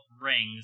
rings